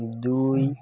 দুই